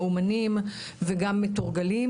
מאומנים וגם מתורגלים,